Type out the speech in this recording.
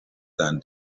than